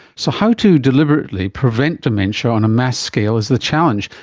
so how to deliberately prevent dementia on a mass scale is the challenge,